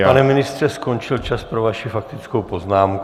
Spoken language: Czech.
Pane ministře, skončil čas pro vaši faktickou poznámku.